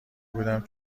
بودم